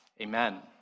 Amen